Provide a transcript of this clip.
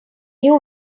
new